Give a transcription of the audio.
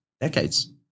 decades